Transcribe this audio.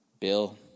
Bill